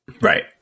Right